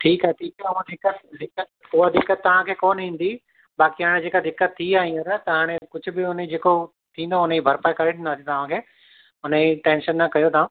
ठीकु आहे ठीकु आहे उहा दिक़त दिक़त उहा दिक़त तव्हांखे कोन ईंदी बाक़ी हाणे जेका दिक़त थी आहे हींअर त हाणे कुझु बि हुन जेको थींदो हुनजी भरपाई करे ॾींदासीं तव्हांखे हुन जी टेंशन न कयो तव्हां